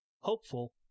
Hopeful